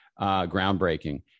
groundbreaking